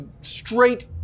straight